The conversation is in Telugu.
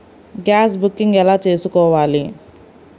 గ్యాస్ బుకింగ్ ఎలా చేసుకోవాలి?